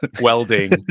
welding